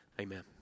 Amen